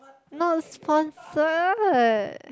not sponsored